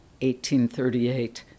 1838